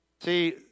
See